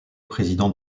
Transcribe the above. président